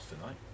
tonight